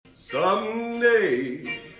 someday